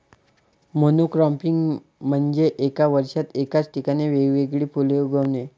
monocropping म्हणजे एका वर्षात एकाच ठिकाणी वेगवेगळी फुले उगवणे